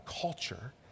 culture